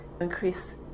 increase